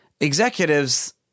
executives